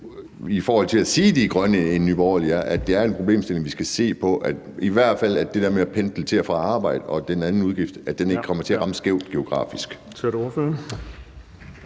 i forhold til at sige, at de er grønne, end Nye Borgerlige er – er det en problemstilling, vi skal se på, så i hvert fald det der med at pendle til og fra arbejde og den anden udgift ikke kommer til at ramme skævt geografisk?